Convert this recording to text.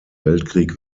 weltkrieg